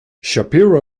shapiro